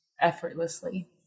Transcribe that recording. effortlessly